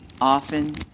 Often